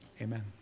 amen